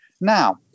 Now